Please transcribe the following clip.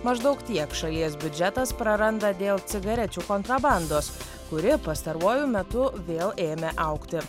maždaug tiek šalies biudžetas praranda dėl cigarečių kontrabandos kuri pastaruoju metu vėl ėmė augti